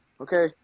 Okay